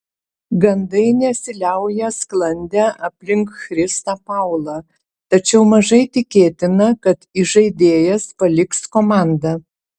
gandai nesiliauja sklandę aplink chrisą paulą tačiau mažai tikėtina kad įžaidėjas paliks komandą